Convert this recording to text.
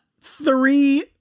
three